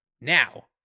Now